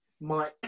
Mike